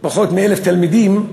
פחות מ-1,000 תלמידים,